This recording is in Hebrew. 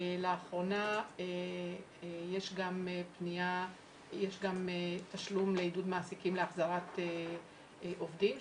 לאחרונה יש גם תשלום לעידוד מעסיקים להחזרת עובדים,